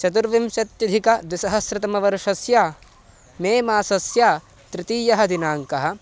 चतुर्विंशत्यधिकद्विसहस्रतमवर्षस्य मे मासस्य तृतीयः दिनाङ्कः